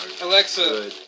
Alexa